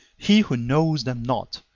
he who knows them not,